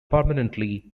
permanently